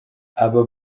aba